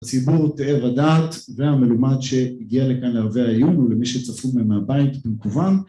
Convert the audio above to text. הציבור תאב הדעת והמלומד שהגיע לכאן לערבי עיון ולמי שצפו מהבית במקוון